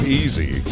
easy